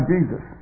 Jesus